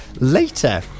later